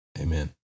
amen